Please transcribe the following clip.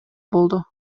болду